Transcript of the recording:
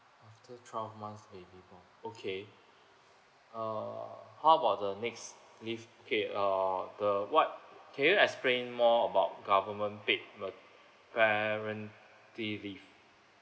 after twelve months baby okay uh how about the next leave okay uh the what can you explain more about government paid uh parental leave